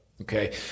Okay